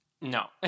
No